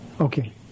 Okay